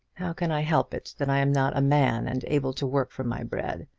how can i help it that i am not a man and able to work for my bread?